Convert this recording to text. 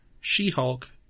She-Hulk